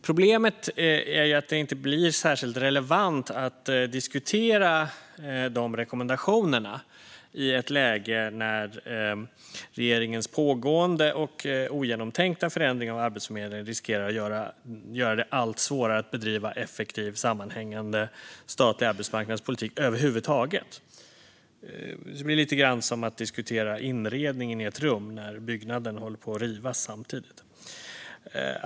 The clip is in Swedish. Problemet är att det inte blir särskilt relevant att diskutera rekommendationerna i ett läge när regeringens pågående och ogenomtänkta förändring av Arbetsförmedlingen riskerar att göra det allt svårare att bedriva effektiv och sammanhängande statlig arbetsmarknadspolitik över huvud taget. Det blir lite som att diskutera inredningen i ett rum samtidigt som byggnaden håller på att rivas.